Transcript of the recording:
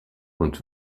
und